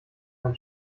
mein